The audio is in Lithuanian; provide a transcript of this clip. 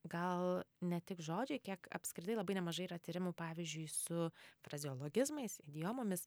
gal ne tik žodžiai kiek apskritai labai nemažai yra tyrimų pavyzdžiui su frazeologizmais idiomomis